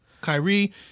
Kyrie